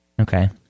okay